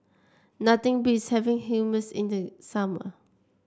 nothing beats having Hummus in the summer